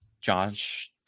Josh